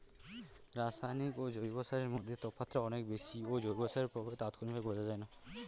রাসায়নিক ও জৈব সারের মধ্যে তফাৎটা অনেক বেশি ও জৈব সারের প্রভাব তাৎক্ষণিকভাবে বোঝা যায়না